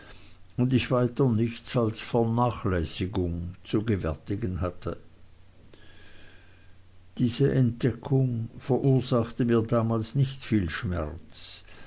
und ich weiter nichts als vernachlässigung zu gewärtigen hatte diese entdeckung verursachte mir damals nicht viel schmerz